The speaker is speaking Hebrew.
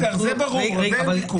בסדר, זה ברור, על זה אין ויכוח.